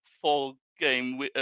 four-game